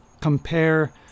compare